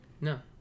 no